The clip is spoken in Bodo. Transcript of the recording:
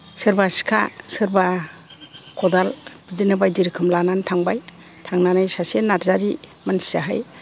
सोरबा सिखा सोरबा खदाल बिदिनो बायदि रोखोमनि लानानै थांबाय थांनानै सासे नार्जारी मानसियाहाय